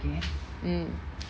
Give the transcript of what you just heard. mm